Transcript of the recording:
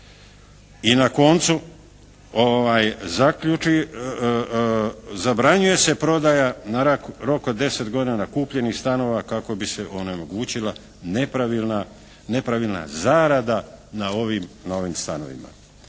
I na koncu, zabranjuje se prodaja na rok od 10 godina na kupljeni stanova kako bi se onemogućila nepravilna zarada na ovim novim